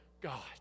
God